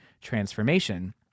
transformation